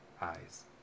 eyes